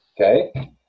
Okay